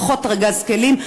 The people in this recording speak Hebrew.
פחות ארגז כלים,